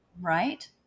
right